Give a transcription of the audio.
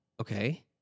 Okay